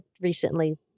recently